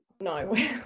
no